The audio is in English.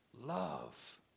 love